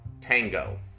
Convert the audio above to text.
Tango